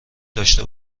داشته